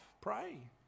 pray